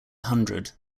hundred